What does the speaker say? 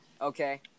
okay